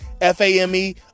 F-A-M-E